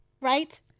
right